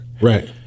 Right